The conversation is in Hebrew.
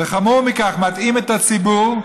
וחמור מכך, מטעים את הציבור,